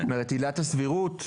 זאת אומרת עילת הסבירות,